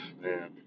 man